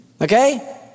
okay